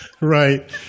Right